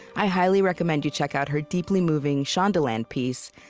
i highly recommend you check out her deeply moving shondaland piece,